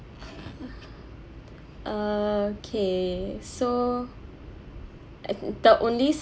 okay so the only